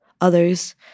others